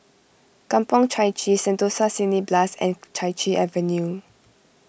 Kampong Chai Chee Sentosa Cineblast and Chai Chee Avenue